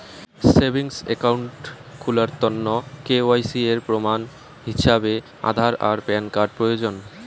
savings account খুলার তন্ন KYC এর প্রমাণ হিছাবে আধার আর প্যান কার্ড প্রয়োজন